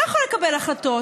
לא יכול לקבל החלטות.